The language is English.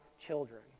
children